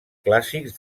clàssics